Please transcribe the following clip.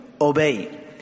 obey